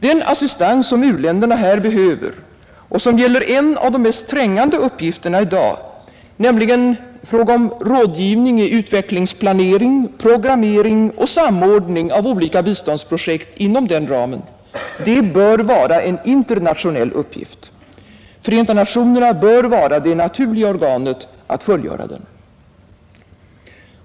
Den assistans som u-länderna här behöver och som gäller en av de mest trängande uppgifterna i dag, nämligen i fråga om rådgivning i utvecklingsplanering, programmering och samordning av olika biståndsprojekt inom denna ram, bör vara en internationell uppgift. Förenta nationerna bör vara det naturliga organet att fullgöra den.